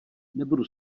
nebudu